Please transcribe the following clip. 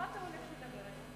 בהתאם למצוות התקנון,